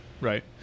right